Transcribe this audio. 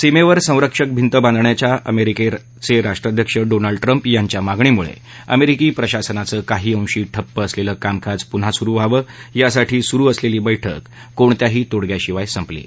सीमेवर संरक्षक भींत बांधण्याच्या अमेरिकेचे राष्ट्राध्यक्ष डोनाल्ड ट्रम्प यांच्या मागणीमुळे अमेरिकी प्रशासनाचं काही अंशी ठप्प असलेलं कामकाज पुन्हा सुरु व्हावं यासाठी सुरु असलेली बैठक कोणत्याही तोडय्याशिवाय संपली आहे